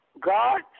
God